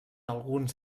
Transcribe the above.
alguns